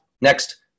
next